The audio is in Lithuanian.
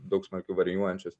daug smarkiau varijuojančius